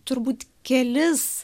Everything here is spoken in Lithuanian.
turbūt kelis